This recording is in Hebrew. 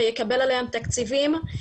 ויקבל עליהן תקציבים.